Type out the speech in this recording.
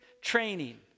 training